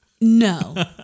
No